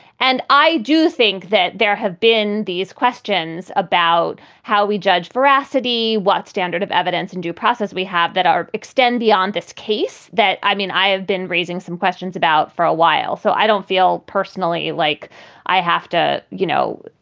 and i do think that there have been these questions about how we judge veracity, what standard of evidence and due process we have that our extend beyond this case that i mean, i have been raising some questions about for a while. so i don't feel personally like i have to, you know,